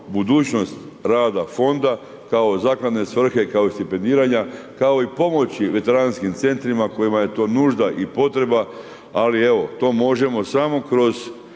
budućnost rada fonda, kao zakladne svrhe kao i stipendiranja, kao i pomoći veteranskim centrima, kojima je to nužda i potreba, ali evo, to možemo samo kroz